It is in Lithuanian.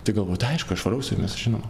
tai galvoju tai aišku aš varau su jumis žinoma